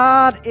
God